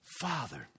father